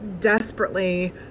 desperately